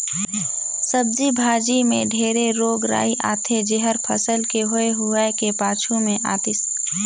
सब्जी भाजी मे ढेरे रोग राई आथे जेहर फसल के होए हुवाए के पाछू मे आतिस